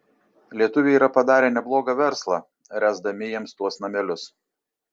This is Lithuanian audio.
lietuviai yra padarę neblogą verslą ręsdami jiems tuos namelius